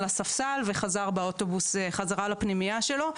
הספסל וחזר באוטובוס חזרה לפנימייה שלו,